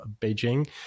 Beijing